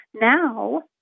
now